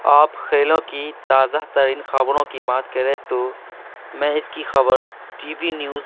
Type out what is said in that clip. آپ کھیلوں کی تازہ ترین خبروں کی بات کریں تو میں اس کی خبر ٹی وی نیوز